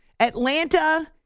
Atlanta